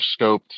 scoped